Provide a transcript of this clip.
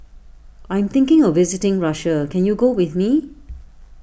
I am thinking of visiting Russia can you go with me